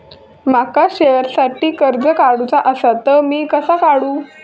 माका शेअरसाठी कर्ज काढूचा असा ता मी कसा काढू?